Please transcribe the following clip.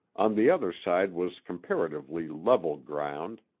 on the other side was comparatively level ground,